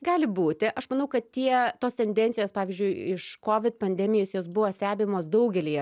gali būti aš manau kad tie tos tendencijos pavyzdžiui iš kovid pandemijos jos buvo stebimos daugelyje